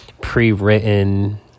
pre-written